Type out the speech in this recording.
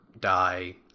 die